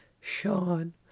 Sean